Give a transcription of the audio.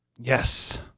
Yes